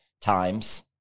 times